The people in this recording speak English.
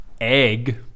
egg